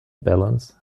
balance